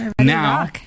Now